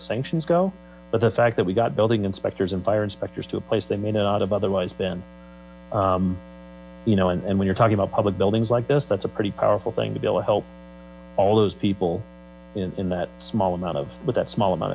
as sanctions go but the fact that we got building inspectors fire inspectors to a place they may not have otherwise been and when you're talking about public buildings like this that's a pretty powerful thing to be a help all those people in that small amount of that small amount